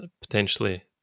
potentially